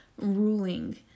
ruling